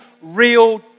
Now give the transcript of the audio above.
real